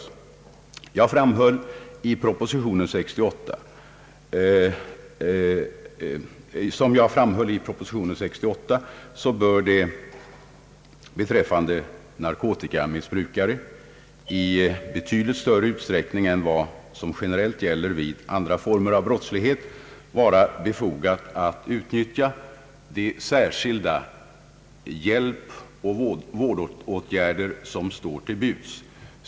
Som jag framhöll i proposition nr 7 år 1968 bör det beträffande narkotikamissbrukare i betydligt större utsträckning än vad som generellt gäller vid andra former av brottslighet vara befogat att utnyttja de särskilda hjälpoch vårdåtgärder som står till buds.